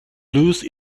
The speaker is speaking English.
lose